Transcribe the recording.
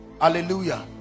hallelujah